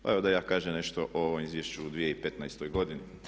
Pa evo da ja kažem nešto o ovom izvješću u 2015. godini.